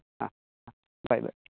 ಹಾಂ ಹಾಂ ಬಾಯ್ ಬಾಯ್